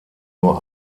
nur